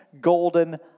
golden